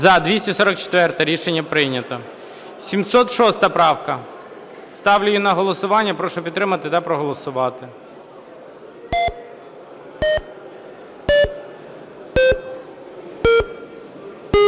За-245 Рішення прийнято. 704 правка. Ставлю її на голосування. Прошу підтримати та проголосувати.